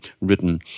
written